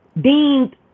deemed